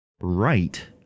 right